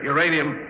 Uranium